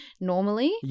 normally